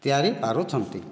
ତିଆରି ପାରୁଛନ୍ତି